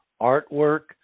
artwork